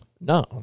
No